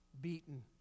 beaten